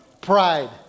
Pride